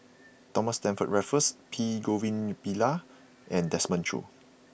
Thomas Stamford Raffles P Govindasamy Pillai and Desmond Choo